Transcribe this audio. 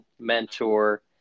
mentor